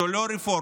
זאת לא רפורמה.